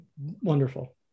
Wonderful